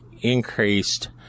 increased